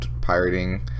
pirating